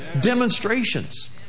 Demonstrations